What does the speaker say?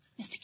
Mr